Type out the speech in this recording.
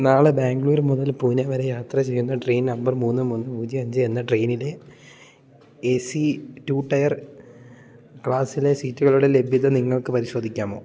നാളെ ബാംഗ്ലൂർ മുതൽ പൂനെ വരെ യാത്ര ചെയ്യുന്ന ട്രെയിൻ നമ്പർ മൂന്ന് മൂന്ന് പൂജ്യം അഞ്ച് എന്ന ട്രെയിനിലെ എ സി ടു ടയർ ക്ലാസിലെ സീറ്റുകളുടെ ലഭ്യത നിങ്ങൾക്ക് പരിശോധിക്കാമോ